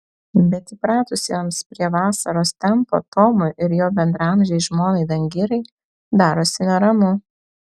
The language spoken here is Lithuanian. bet įpratusiems prie vasaros tempo tomui ir jo bendraamžei žmonai dangirai darosi neramu